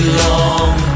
long